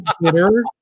bitter